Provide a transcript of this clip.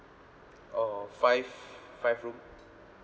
uh five five room